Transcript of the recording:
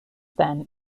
then